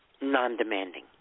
non-demanding